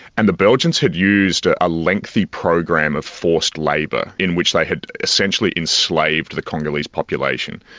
and the belgians had used a lengthy program of forced labour in which they had essentially enslaved the congolese population.